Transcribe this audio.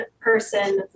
person